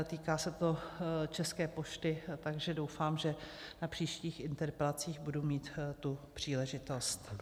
Týká se to České pošty, takže doufám, že na příštích interpelacích budu mít tu příležitost.